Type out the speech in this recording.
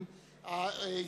תודה.